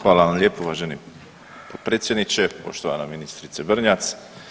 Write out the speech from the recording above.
Hvala vam lijepo uvaženi potpredsjedniče, poštovana ministrice Brnjac.